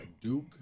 Duke